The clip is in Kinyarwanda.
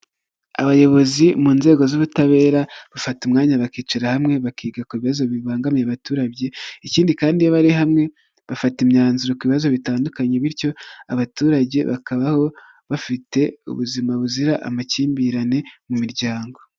Abayobozi mu nzego z'ubutabera, bafata umwanya bakicara hamwe bakiga ku bibazo bibangamiye abaturage. Ikindi kandi iyo bari hamwe, bafata imyanzuro ku bibazo bitandukanye, bityo abaturage bakabaho bafite ubuzima buzira amakimbirane mu miryango.